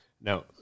Now